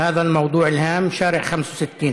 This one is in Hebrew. הנושא החשוב הזה,